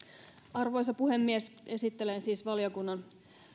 arvoisa puhemies esittelen siis valiokunnan